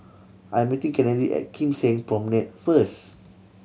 I'm meeting Kennedy at Kim Seng Promenade first